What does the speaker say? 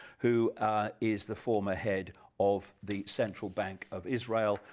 who is the former head of the central bank of israel,